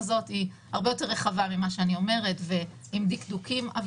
הזאת היא הרבה יותר רחבה ממה שאני אומרת ועם דקדוקים,